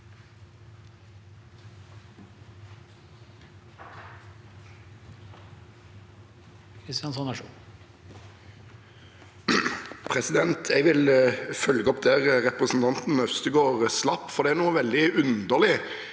Jeg vil følge opp der representanten Øvstegård slapp, for det er veldig underlig